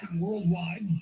worldwide